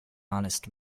honest